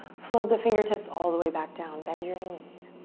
float the fingertips all the way back down, bend your knees.